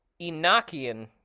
enochian